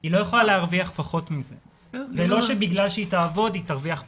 זה לא בגלל שהיא תעבוד, היא תרוויח פחות,